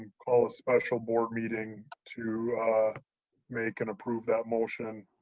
and call a special board meeting to make and approve that motion.